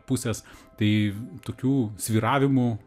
pusės tai tokių svyravimų